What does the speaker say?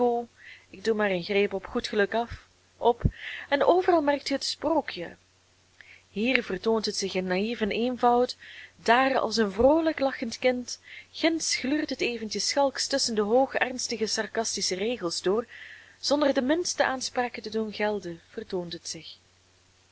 hugo ik doe maar een greep op goed geluk af op en overal merkt ge het sprookje hier vertoont het zich in naïeven eenvoud daar als een vroolijk lachend kind ginds gluurt het eventjes schalks tusschen de hoog ernstige sarcastische regels door zonder de minste aanspraken te doen gelden vertoont het zich